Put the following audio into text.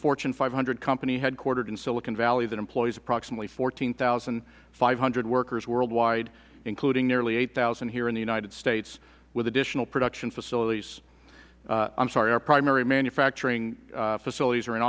fortune five hundred company headquartered in silicon valley that employs approximately fourteen five hundred workers worldwide including nearly eight thousand here in the united states with additional production facilities i'm sorry our primary manufacturing facilities are in